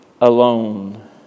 alone